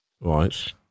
Right